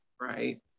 right